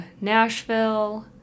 Nashville